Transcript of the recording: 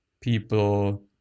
people